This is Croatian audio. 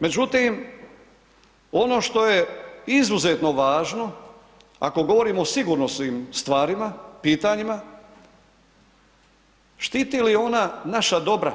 Međutim, ono što je izuzetno važno ako govorimo i sigurnosnim stvarima, pitanjima, štiti li ona naša dobra